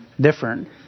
different